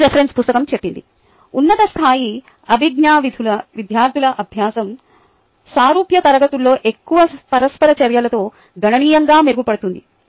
ఉన్నత స్థాయి అభిజ్ఞా విధుల విద్యార్థుల అభ్యాసం సారూప్య తరగతుల్లో ఎక్కువ పరస్పర చర్యలతో గణనీయంగా మెరుగుపడుతుంది